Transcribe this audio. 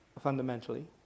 fundamentally